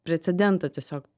precedentą tiesiog